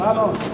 רע מאוד.